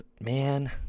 man